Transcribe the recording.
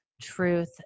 truth